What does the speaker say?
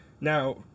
Now